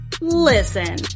listen